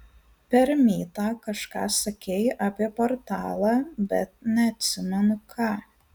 per mytą kažką sakei apie portalą bet neatsimenu ką